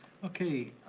okay,